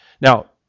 Now